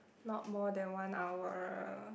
not more than one hour